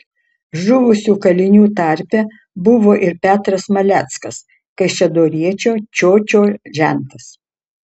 žuvusių kalinių tarpe buvo ir petras maleckas kaišiadoriečio čiočio žentas